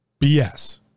BS